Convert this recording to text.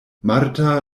marta